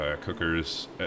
cookers